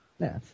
Yes